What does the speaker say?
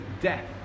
death